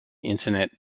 internet